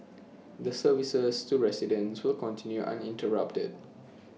the services to residents will continue uninterrupted